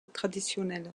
traditionnelle